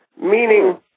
Meaning